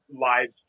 lives